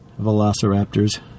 Velociraptors